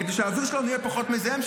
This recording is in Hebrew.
כדי שהאוויר שלנו יהיה פחות מזהם,